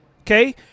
Okay